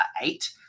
eight